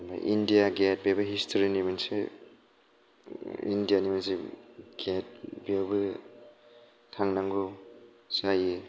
आमफाय India Gate बेबो हिसटरिनि मोनसे इण्डियानि मोनसे गेट बेयावबो थांनांगौ जायो